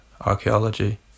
archaeology